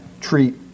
treat